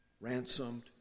ransomed